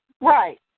Right